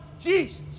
Jesus